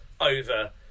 over